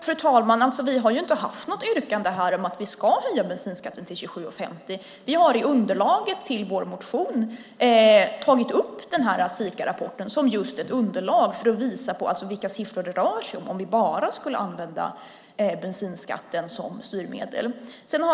Fru talman! Vi har inte haft något yrkande om att vi ska höja bensinskatten till 27:50. Vi har i underlaget till vår motion tagit upp Sikarapporten som just ett underlag för att visa vilka siffror det rör sig om om vi bara skulle använda bensinskatten som styrmedel.